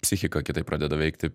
psichika kitaip pradeda veikti